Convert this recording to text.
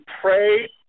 pray